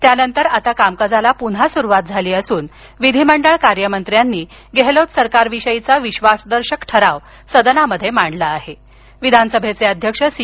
त्यानंतर आता कामकाजाला पुन्हा सुरुवात झाली असून विधिमंडळ कार्यामंत्र्यांनी गेहलोत सरकारविषयीचा विश्वासदर्शक ठराव सदनात मांडला असून विधानसभेचे अध्यक्ष सी